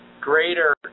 greater